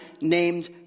named